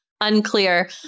unclear